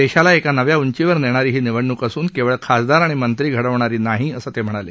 देशाला एका नव्या उंचीवर नेणारी ही निवडणूक असून केवळ खासदार आणि मंत्री घडवणारी नाही असं ते म्हणाले